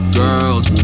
girls